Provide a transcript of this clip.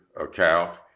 account